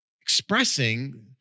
expressing